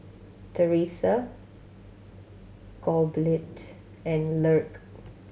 Thresa Gottlieb and Lark